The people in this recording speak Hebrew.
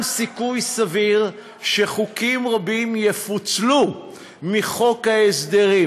יש סיכוי סביר שחוקים רבים יפוצלו מחוק ההסדרים.